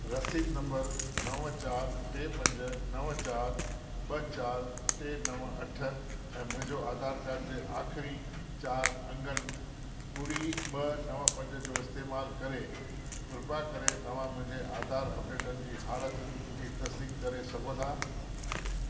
रसीद नंबर नव चारि टे पंज नव चारि ॿ चारि टे नव अठ ऐं मुंहिंजो आधार कार्ड जे आख़िरी चारि अंगनि ॿुड़ी ॿ नव पंज जो इस्तेमालु करे कृपा करे तव्हां मुंहिंजे आधार अपडेटनि जी हालतुनि जी तसदीकु करे सघो था